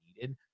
needed